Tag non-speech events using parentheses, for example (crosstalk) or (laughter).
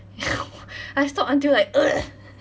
(laughs) I stalk until like (noise)